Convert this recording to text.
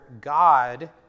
God